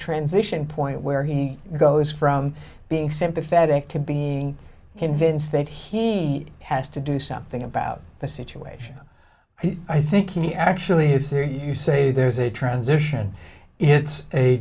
transition point where he goes from being sympathetic to being convinced that he has to do something about the situation i think he actually said you say there's a transition it's a